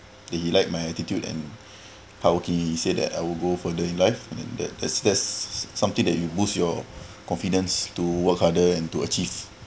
the he liked my attitude and how he said that I will go for the new height and that's that's something that you boost your confidence to work harder and to achieve